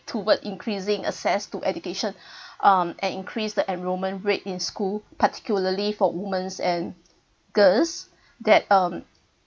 toward increasing access to education um and increase the enrolment rate in school particularly for womens and girls that um